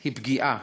היא פגיעה.